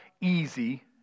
easy